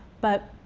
but